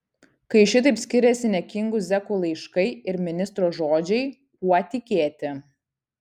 kai šitaip skiriasi niekingų zekų laiškai ir ministro žodžiai kuo tikėti